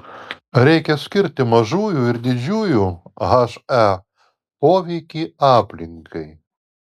reikia skirti mažųjų ir didžiųjų he poveikį aplinkai